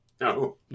No